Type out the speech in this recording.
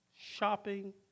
Shopping